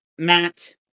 Matt